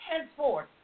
henceforth